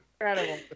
Incredible